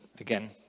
again